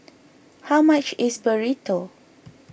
how much is Burrito